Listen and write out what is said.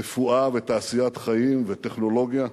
רפואה, ותעשיית חיים, וטכנולוגיה,